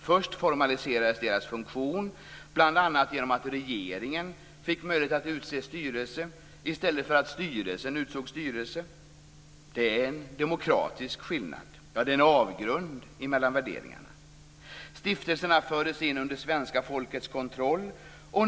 Först formaliserades stiftelsernas funktion, bl.a. genom att regeringen fick möjlighet att utse styrelse i stället för att styrelsen utsåg styrelse. Det är en demokratisk skillnad. Det är en avgrund mellan värderingarna. Stiftelserna fördes in under svenska folkets kontroll.